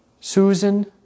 Susan